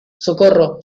socorro